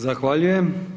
Zahvaljujem.